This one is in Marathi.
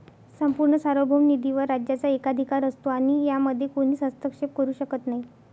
संपूर्ण सार्वभौम निधीवर राज्याचा एकाधिकार असतो आणि यामध्ये कोणीच हस्तक्षेप करू शकत नाही